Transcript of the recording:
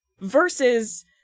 Versus